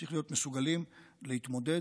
צריך להיות מסוגלים להתמודד,